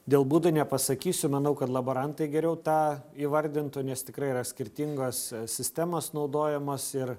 dėl būdo nepasakysiu manau kad laborantai geriau tą įvardintų nes tikrai yra skirtingos sistemos naudojamos ir